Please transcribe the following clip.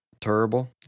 Terrible